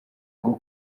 rwo